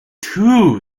two